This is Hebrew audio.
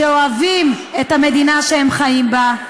שאוהבים את המדינה שהם חיים בה,